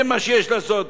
זה מה שיש לעשות.